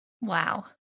Wow